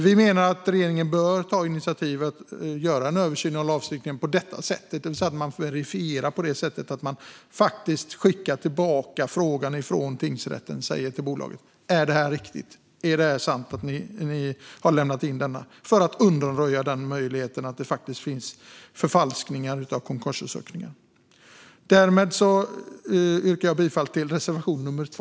Vi menar att regeringen bör ta initiativ till en översyn av lagstiftningen. Tingsrätten bör kunna verifiera på så sätt att man skickar tillbaka frågan till bolaget och säger: "Är detta riktigt? Är det sant att ni har lämnat in ansökan?" Detta för att undanröja möjligheten att det finns förfalskningar av konkursansökningar. Därmed yrkar jag bifall till reservation nummer 2.